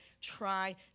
try